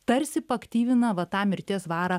tarsi paaktyvina va tą mirties varą